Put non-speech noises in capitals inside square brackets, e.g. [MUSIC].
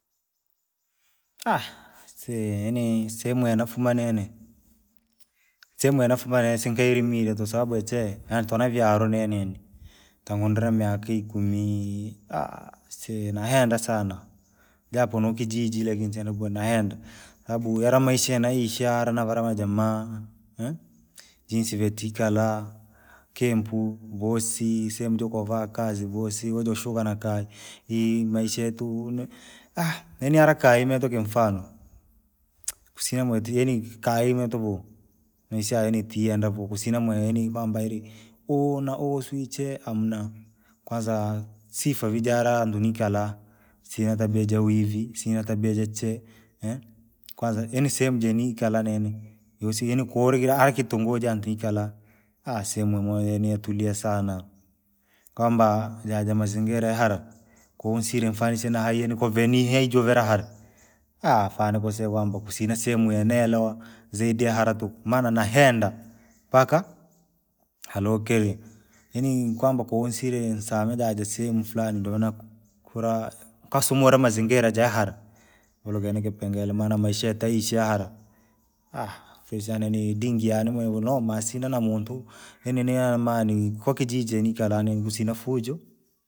[HESITATION] aisee yaani sehemu ya nafumaa nini, [NOISE] sehemu yene nafuma nini sikayirimira tuku sababu ya chee, yantunavyayaro ninini, tangundremea miaka ikumi! [HESITATION] aisee nayenda sana, japo nokijiji lakini chinokuno nayenda, sababu yare maisha nayoishi hara na wase vajamaa. [HESITATION] jinsii vee tiikala, kempu, vosi, sehemu jokovaa kazi vasiri vojishuka na kay- yii, maisha yetuu ni [HESITATION] yaani hara kayii motu kimfano, [NOISE] kusina mweti jeni kayii mwetuku. Maisha yaani piendavu kusina mwenyani kwemba eri huu na huu sui chee hamuna, kwanza, sifa vii jarantu nikikalaa. sina tabia jawivii, sina tabia jachee, [HESITATION] kwanza yaan sehemu jini kala nini, yasiri yaani korekira ara kitunguja nkikala. [HESITATION] sehemu ambayo imetulia sana, kwamba jajamazingira yahara, konsire fananishe nahai nikovuni haijuvira hara, [HESITATION] fani nikusire kwanba kusina sehemu yenelewa, zaidi ya hara tuku. Maana nahenda, mpaka! Halokire, yanii kwamba kansiree nisami jajesehemu fulani ndomaana ku- kura kasumura mazingira jahara. Uluka ni kipengele maana maisha yotaishi ya hara, [HESITATION] fisi yaani ni dingi yani nama asina na muntu, yanii ni amani kokijiji nikekala nini kisina fujoo.